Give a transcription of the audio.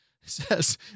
Says